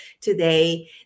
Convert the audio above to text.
today